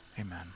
amen